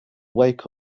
wake